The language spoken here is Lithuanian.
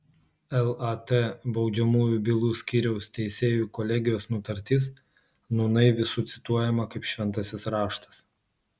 lat baudžiamųjų bylų skyriaus teisėjų kolegijos nutartis nūnai visų cituojama kaip šventasis raštas